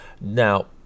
now